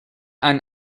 ein